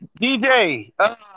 DJ